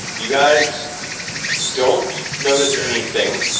you guys don't notice anything.